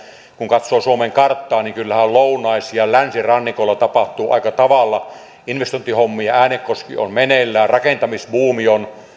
kun katsoo suomen karttaa niin kyllähän lounais ja länsirannikolla tapahtuu aika tavalla investointihommia äänekoski on meneillään rakentamisbuumi on